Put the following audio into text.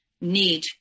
need